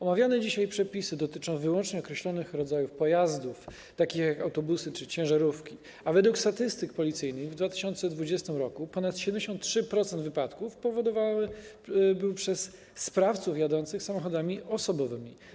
Omawiane dzisiaj przepisy dotyczą wyłącznie określonych rodzajów pojazdów, takich jak autobusy czy ciężarówki, a według statystyk policyjnych w 2020 r. ponad 73% wypadków powodowane były przez sprawców jadących samochodami osobowymi.